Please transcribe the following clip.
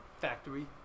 Factory